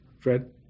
Fred